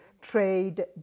trade